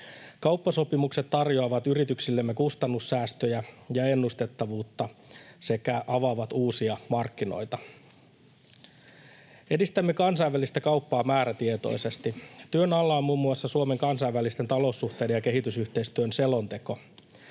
Kauppasopimukset tarjoavat yrityksillemme kustannussäästöjä ja ennustettavuutta sekä avaavat uusia markkinoita. Edistämme kansainvälistä kauppaa määrätietoisesti. Työn alla on muun muassa Suomen kansainvälisten taloussuhteiden ja kehitysyhteistyön selonteko.